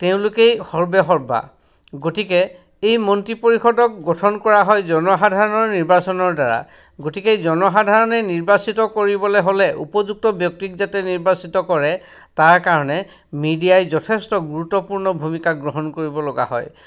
তেওঁলোকেই সৰ্বেসৰ্বা গতিকে এই মন্ত্ৰী পৰিষদক গঠন কৰা হয় জনসাধাৰণৰ নিৰ্বাচনৰদ্বাৰা গতিকে জনসাধাৰণে নিৰ্বাচিত কৰিবলৈ হ'লে উপযুক্ত ব্যক্তিক যাতে নিৰ্বাচিত কৰে তাৰ কাৰণে মিডিয়াই যথেষ্ট গুৰুত্বপূৰ্ণ ভূমিকা গ্ৰহণ কৰিবলগা হয়